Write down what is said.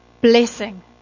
blessing